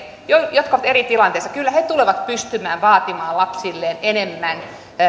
jotka ovat eri tilanteissa kyllä tulevat pystymään vaatimaan lapsilleen enemmän